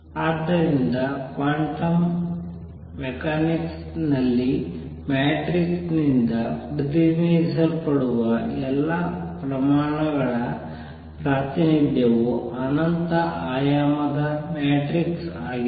ಆದ್ದರಿಂದ quantum mechanics ನಲ್ಲಿ matrix ನಿಂದ ಪ್ರತಿನಿಧಿಸಲ್ಪಡುವ ಎಲ್ಲಾ ಪ್ರಮಾಣಗಳ ಪ್ರಾತಿನಿಧ್ಯವು ಅನಂತ ಆಯಾಮದ ಮ್ಯಾಟ್ರಿಕ್ಸ್ ಆಗಿದೆ